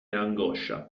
angoscia